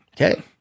Okay